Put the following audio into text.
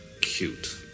Cute